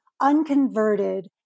unconverted